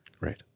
Right